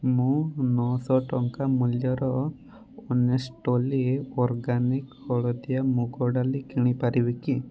ମୁଁ ନଅଶହ ଟଙ୍କା ମୂଲ୍ୟର ଅନେଷ୍ଟଲି ଅର୍ଗାନିକ ହଳଦିଆ ମୁଗ ଡାଲି କିଣି ପାରିବି କି